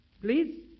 Please